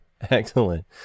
excellent